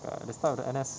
err the start of the N_S